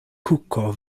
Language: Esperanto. kuko